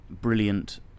brilliant